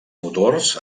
motors